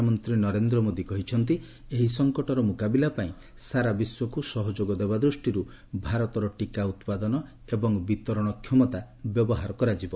ପ୍ରଧାନମନ୍ତ୍ରୀ ନରେନ୍ଦ୍ର ମୋଦି କହିଛନ୍ତି ଏହି ସଙ୍କଟର ମୁକାବିଲା ପାଇଁ ସାରା ବିଶ୍ୱକୁ ସହଯୋଗ ଦେବା ଦୃଷ୍ଟିରୁ ଭାରତର ଟୀକା ଉତ୍ପାଦନ ଏବଂ ବିତରଣ କ୍ଷମତା ବ୍ୟବହାର କରାଯିବ